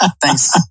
Thanks